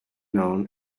known